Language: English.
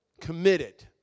committed